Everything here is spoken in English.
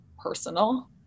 personal